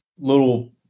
little